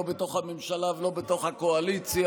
לא בתוך הממשלה ולא בתוך הקואליציה,